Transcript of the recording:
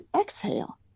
exhale